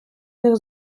них